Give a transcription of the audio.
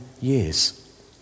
years